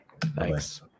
Thanks